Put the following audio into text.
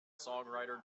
songwriter